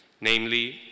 namely